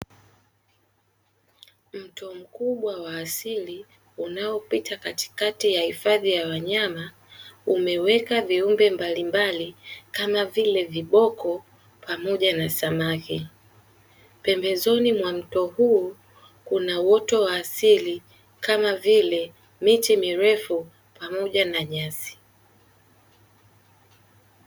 Mto mkubwa wa asili unaopita katikati ya hifadhi ya wanyama umeweka viumbe mbalimbali kama vile viboko pamoja na samaki. Pembezoni mwa mto huu kuna uoto wa asili kama vile miti mirefu, pamoja na nyasi.